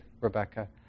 Rebecca